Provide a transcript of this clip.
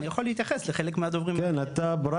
אני יכול להתייחס לחלק מהדוברים אתה רק